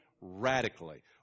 radically